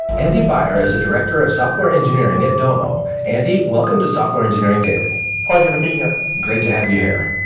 andy beier is a director of software engineering at domo. andy, welcome to software engineering daily pleasure to be here great to have you here.